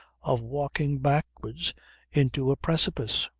of walking backwards into a precipice.